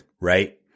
right